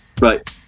Right